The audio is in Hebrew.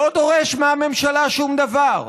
לא דורש מהממשלה שום דבר,